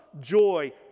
joy